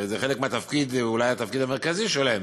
הרי זה חלק מהתפקיד, אולי התפקיד המרכזי שלהם.